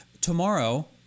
tomorrow